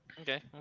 Okay